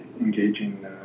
engaging